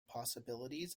possibilities